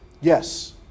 Yes